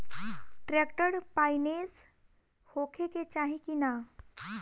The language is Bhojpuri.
ट्रैक्टर पाईनेस होखे के चाही कि ना?